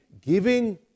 giving